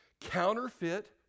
Counterfeit